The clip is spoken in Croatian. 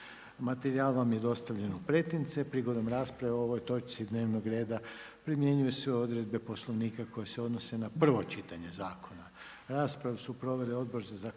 zastupnicima i zastupnicama. Prigodom rasprave o ovoj točki dnevnog reda, primjenjuje se odredbe Poslovnika koji se odnosi na prvo čitanje zakona. Rasprava je su proveli Odbor za zakonodavstvo,